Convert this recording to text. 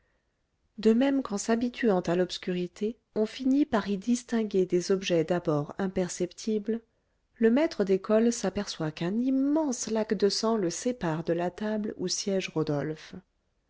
de même qu'en s'habituant à l'obscurité on finit par y distinguer des objets d'abord imperceptibles le maître d'école s'aperçoit qu'un immense lac de sang le sépare de la table où siège rodolphe